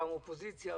פעם אופוזיציה,